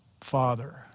Father